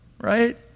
right